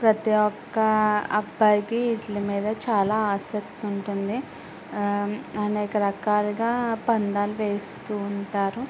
ప్రతీ ఒక్క అబ్బాయికి వీటి మీద చాలా ఆసక్తి ఉంటుంది అనేక రకాలుగా పందాలు వేస్తూ ఉంటారు